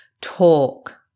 talk